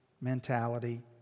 mentality